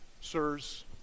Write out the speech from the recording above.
Sirs